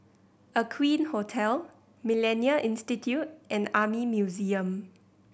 Aqueen Hotel Millennia Institute and Army Museum